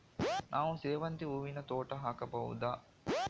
ನಾನು ಸೇವಂತಿ ಹೂವಿನ ತೋಟ ಹಾಕಬಹುದಾ?